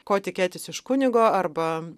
ko tikėtis iš kunigo arba